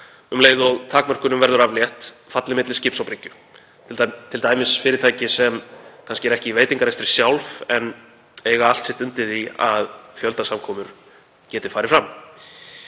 um leið og takmörkunum verður aflétt, falli milli skips og bryggju, t.d. fyrirtæki sem eru kannski ekki í veitingarekstri sjálf en eiga allt sitt undir því að fjöldasamkomur geti farið fram.